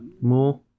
More